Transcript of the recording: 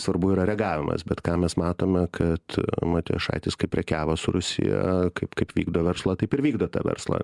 svarbu yra reagavimas bet ką mes matome kad matijošaitis kaip prekiavo su rusija kaip kaip vykdo verslą taip ir vykdo tą verslą